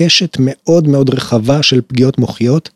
‫קשת מאוד מאוד רחבה ‫של פגיעות מוחיות.